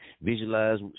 Visualize